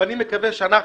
ואני מקווה שאנחנו,